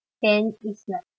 then it's like